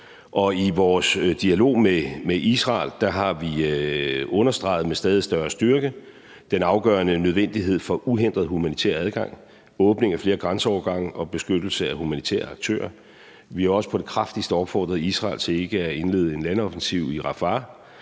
I vores dialog med Israel har vi med stadig større styrke understreget den afgørende nødvendighed af uhindret humanitær adgang, åbning af flere grænseovergange og beskyttelse af humanitære aktører. Vi har også på det kraftigste opfordret Israel til ikke at indlede en landoffensiv i Rafah